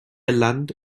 land